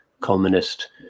communist